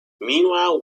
meanwhile